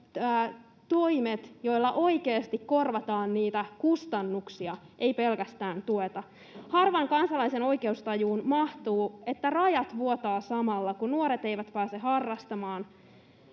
toimet, joilla oikeasti korvataan kustannuksia, ei pelkästään tueta? Harvan kansalaisen oikeustajuun mahtuu, että rajat vuotavat samalla, kun nuoret eivät pääse harrastamaan,